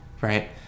right